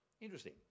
Interesting